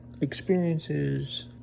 experiences